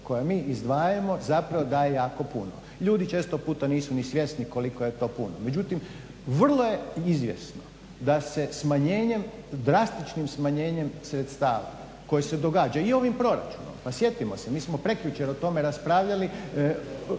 koja mi izdvajamo zapravo daje jako puno. Ljudi često puta nisu ni svjesni koliko je to puno. Međutim, vrlo je izvjesno da se smanjenjem, drastičnim smanjenjem sredstava koja se događaju i ovim proračunom pa sjetimo se mi smo prekjučer o tome raspravljali